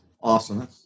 Awesome